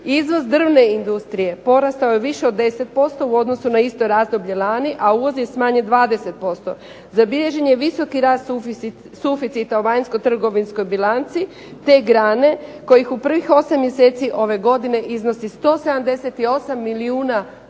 Izvoz drvne industrije porastao je više od 10% u odnosu na isto razdoblje lani, a uvoz je smanjen 20% Zabilježen je visoki rast suficita u vanjsko-trgovinskoj bilanci te grane kojih u prvih osam mjeseci ove godine iznosi 178 milijuna dolara,